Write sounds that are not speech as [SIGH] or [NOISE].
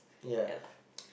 yeah lah [NOISE]